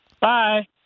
Bye